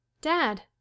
Dad